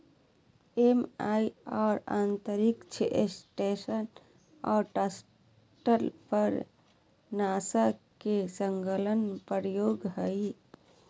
MIR अंतरिक्ष station और shuttle पर नासा के संलग्न प्रयोग हइ